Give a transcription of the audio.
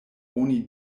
oni